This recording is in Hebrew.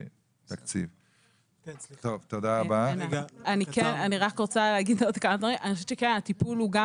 אני רוצה להגיד שאני חושבת שהטיפול הוא גם